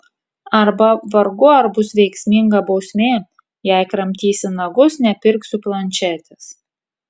arba vargu ar bus veiksminga bausmė jei kramtysi nagus nepirksiu planšetės